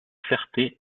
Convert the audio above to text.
ferté